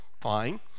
Fine